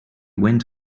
went